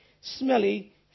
smelly